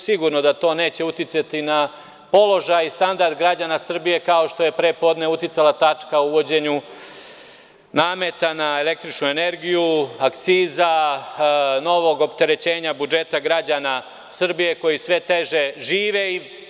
Sigurno da to neće uticati na položaj i standard građana Srbije kao što je pre podne uticala tačka o uvođenju nameta na električnu energiju, akciza i novog opterećenja budžeta građana Srbije koji sve teže žive.